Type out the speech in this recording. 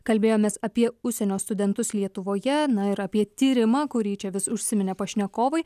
kalbėjomės apie užsienio studentus lietuvoje na ir apie tyrimą kurį čia vis užsiminė pašnekovai